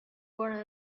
were